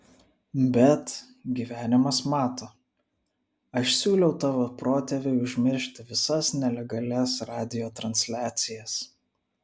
bet gyvenimas mato aš siūliau tavo protėviui užmiršti visas nelegalias radijo transliacijas